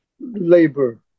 labor